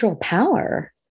power